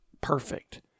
perfect